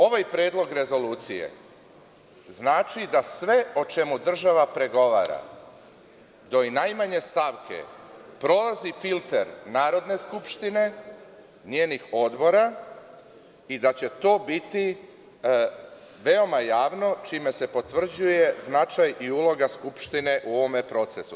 Ovaj predlog rezolucije znači da sve o čemu država pregovara, do najmanje stavke, prolazi filter Narodne skupštine, njenih odbora i da će to biti veoma javno, čime se potvrđuje značaj i uloga Skupštine u ovome procesu.